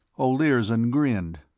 olirzon grinned.